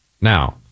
now